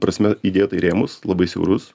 prasme įdėta į rėmus labai siaurus